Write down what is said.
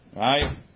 Right